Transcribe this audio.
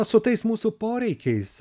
o su tais mūsų poreikiais